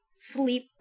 sleep